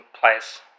place